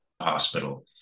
hospital